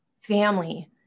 family